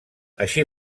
així